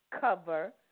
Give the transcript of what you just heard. cover